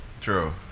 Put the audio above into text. True